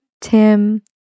Tim